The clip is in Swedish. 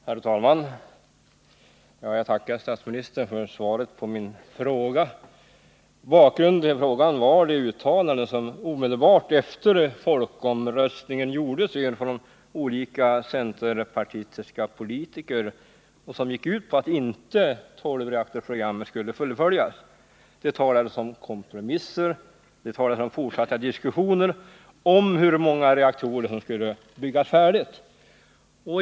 Herr talman! Jag tackar statsministern för svaret på min fråga. Bakgrunden till frågan var de uttalanden som omedelbart efter folkomröstningen gjordes av olika centerpartistiska politiker. Uttalandena gick ut på att tolvreaktorsprogrammet inte skulle fullföljas. Det talades om kompromisser och om fortsatta diskussioner rörande hur många reaktorer som skulle byggas färdiga.